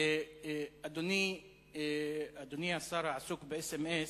אדוני, אדוני השר העסוק באס.אם.אס,